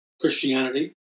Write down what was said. Christianity